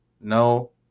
no